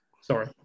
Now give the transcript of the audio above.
Sorry